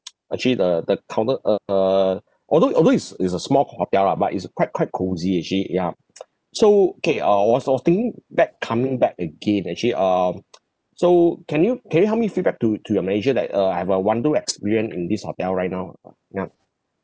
actually the the counter uh uh although although it's it's a small hotel lah but it's a quite quite cosy actually ya so K uh I was sort of thinking that coming back again actually um so can you can you help me to feedback to to your manager that uh I have a wonderful experience in this hotel right now ah uh ya